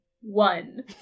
one